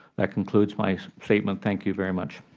that concludes my statement. thank you very much.